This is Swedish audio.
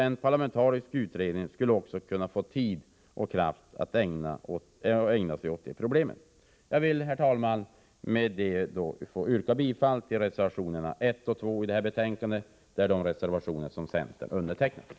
En parlamentarisk utredning skulle kunna få tid och kraft att ägna sig åt det problemet. Herr talman! Jag ber att få yrka bifall till reservationerna 1 och 2, som vi från centern undertecknat och som är fogade till betänkandet.